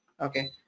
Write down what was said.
Okay